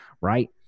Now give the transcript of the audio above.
Right